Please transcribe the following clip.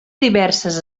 diverses